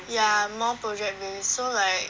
ya more project based so like